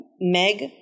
Meg